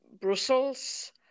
brussels